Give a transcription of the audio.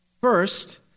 First